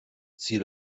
ziel